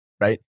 right